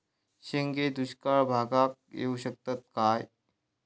शेंगे दुष्काळ भागाक येऊ शकतत काय?